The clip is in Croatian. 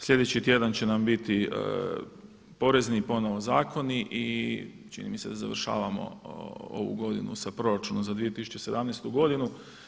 Sljedeći tjedan će nam biti porezni ponovno zakoni i čini mi se da završavamo ovu godinu sa proračunom za 2017. godinu.